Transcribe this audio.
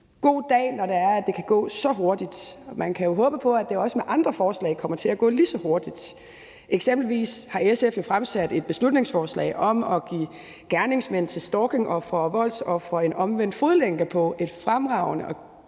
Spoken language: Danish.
god dag, når det er sådan, at det kan gå så hurtigt, og man kan jo håbe på, at det også med andre forslag kommer til at gå lige så hurtigt. Eksempelvis har SF jo fremsat et beslutningsforslag om at give gerningsmænd til stalkingofre og voldsofre en omvendt fodlænke på – et fremragende og